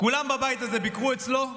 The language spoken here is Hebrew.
כולם בבית הזה ביקרו אצלו,